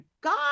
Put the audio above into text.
god